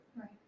Right